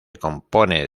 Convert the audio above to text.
compone